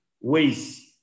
ways